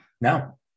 No